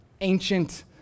Ancient